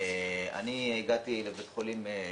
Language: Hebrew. אני הגעתי לבית חולים,